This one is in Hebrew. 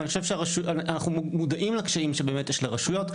ואני חושב שאנחנו מודעים לקשיים שיש לרשויות.